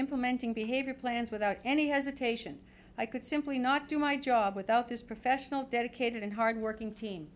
implementing behavior plans without any hesitation i could simply not do my job without this professional dedicated and hard working t